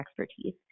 expertise